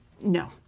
No